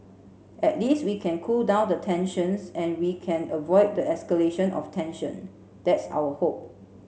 at least we can cool down the tensions and we can avoid the escalation of tension that's our hope